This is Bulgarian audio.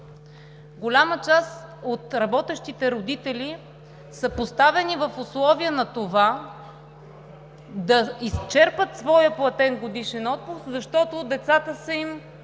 Голяма част от работещите родители са поставени в условия на това да изчерпат своя платен годишен отпуск, защото децата им